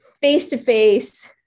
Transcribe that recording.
face-to-face